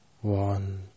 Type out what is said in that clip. One